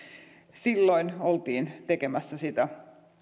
silloin oltiin tekemässä sitä